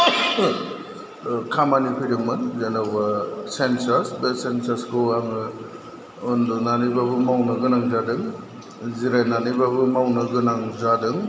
खामानि फैदोंमोन जेनोबा सेनसास बे सेनसास खौ आङो उन्दुनानैबाबो मावनो गोनां जादों जिरायनानैबाबो मावनो गोनां जादों